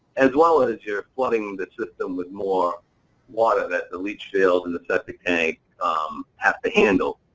as well as you're flooding the system with more water that the leach field and the septic tank have to handle.